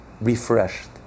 refreshed